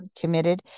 committed